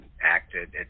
acted